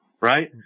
Right